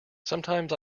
sometimes